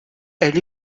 elle